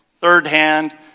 third-hand